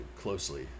closely